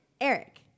Eric